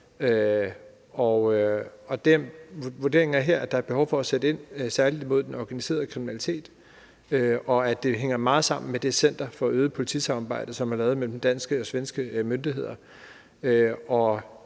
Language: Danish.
vurderingen er her, at der er behov for at sætte ind særlig imod den organiserede kriminalitet, og at det hænger meget sammen med det center for øget politisamarbejde, som er lavet mellem de danske og svenske myndigheder,